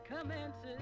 commences